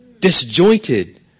disjointed